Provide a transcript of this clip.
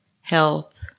health